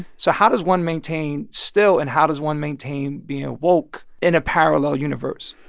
so how does one maintain still and how does one maintain being ah woke in a parallel universe?